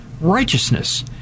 righteousness